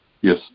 Yes